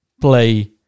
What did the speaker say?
play